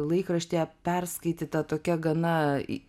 laikraštyje perskaityta tokia gana